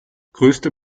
größte